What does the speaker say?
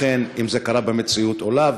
אם אכן זה קרה במציאות או לא.